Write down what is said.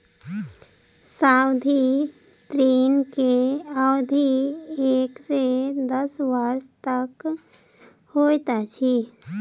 सावधि ऋण के अवधि एक से दस वर्ष तक होइत अछि